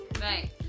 Right